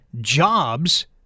jobs